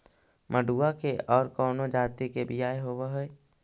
मडूया के और कौनो जाति के बियाह होव हैं?